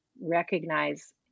recognize